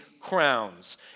crowns